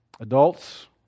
Adults